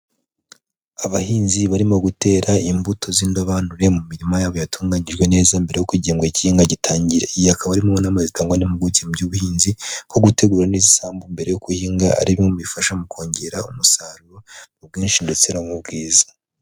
Abahinzi barimo gutera imbuto z'indobanure mu mirima yabo yatunganyijwe neza mbere yuko igihembwe k'ihinga gitangira. Iyi akaba ari mu nama zitangwa n'impuguke mu by'ubuhinzi, ko gutegura neza isambu mbere yuko uhinga ari bimwe mu bifasha mu kongera umusaruro mu bwinshi ndetse no mu bwiza.